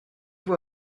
vous